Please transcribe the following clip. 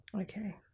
Okay